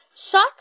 Shock